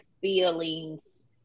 feelings